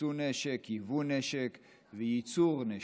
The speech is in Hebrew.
יצוא נשק, יבוא נשק וייצור נשק.